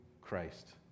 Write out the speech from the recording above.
Christ